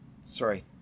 Sorry